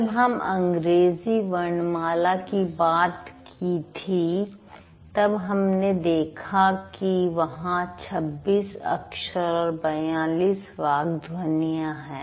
जब हम अंग्रेजी वर्णमाला की बात की थे तब हमने देखा कि वहां २६ अक्षर और ४२ वाक् ध्वनियां हैं